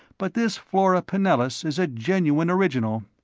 but this flora pinellas is a genuine original,